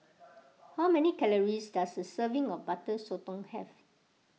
how many calories does a serving of Butter Sotong have